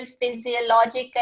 physiological